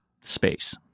space